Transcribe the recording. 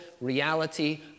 reality